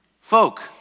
Folk